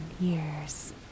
years